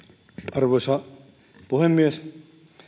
arvoisa puhemies